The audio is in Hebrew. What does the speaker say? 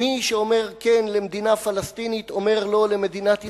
מי שאומר כן למדינה פלסטינית אומר לא למדינת ישראל,